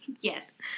Yes